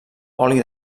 oli